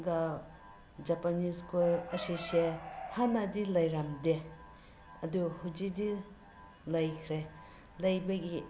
ꯒ Japanese coil ꯑꯁꯤꯁꯦ ꯍꯥꯟꯅꯗꯤ ꯂꯩꯔꯝꯗꯦ ꯑꯗꯨ ꯍꯧꯖꯤꯛꯇꯤ ꯂꯩꯈ꯭ꯔꯦ ꯂꯩꯕꯒꯤ